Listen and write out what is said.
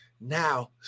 now